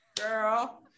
girl